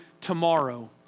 tomorrow